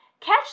catch